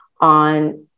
on